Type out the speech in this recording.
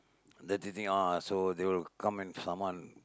dirty thing all so they will come and summon